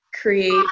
create